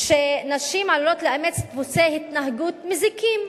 שנשים עלולות לאמץ דפוסי התנהגות מזיקים,